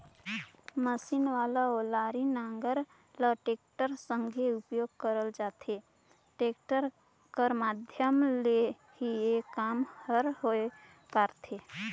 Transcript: machine वाला ओनारी नांगर ल टेक्टर संघे उपियोग करल जाथे, टेक्टर कर माध्यम ले ही ए काम हर होए पारथे